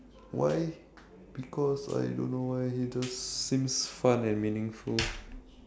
why because I don't know why it just seems fun and meaningful